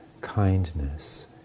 kindness